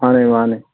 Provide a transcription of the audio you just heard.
ꯃꯥꯅꯦ ꯃꯥꯅꯦ